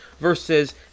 versus